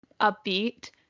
upbeat